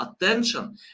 attention